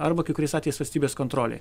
arba kai kuriais atvejais valstybės kontrolė